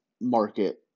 market